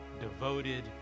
devoted